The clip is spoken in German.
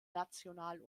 national